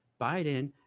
Biden